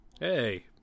Hey